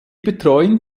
betreuen